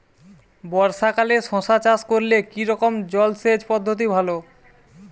বর্ষাকালে শশা চাষ করলে কি রকম জলসেচ পদ্ধতি ভালো?